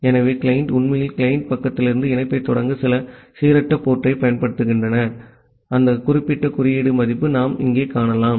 ஆகவே கிளையன்ட் உண்மையில் கிளையன்ட் பக்கத்திலிருந்து இணைப்பைத் தொடங்க சில சீரற்ற போர்ட்டைப் பயன்படுத்துகிறார் அந்த குறிப்பிட்ட குறியீடு மதிப்பு நாம் இங்கே காணலாம்